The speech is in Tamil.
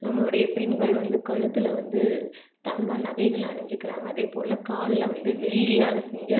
நம்மளுடைய பெண்கள் வந்து கழுத்தில் வந்து தங்க நகைகள் அணிஞ்சிக்கிறாங்க அதே போல் காலில் வந்து வெள்ளியால் செஞ்ச